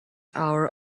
our